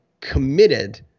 committed